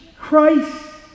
Christ